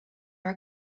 are